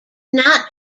not